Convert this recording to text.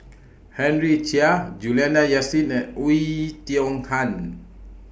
Henry Chia Juliana Yasin and Oei Tiong Ham